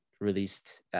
released